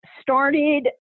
started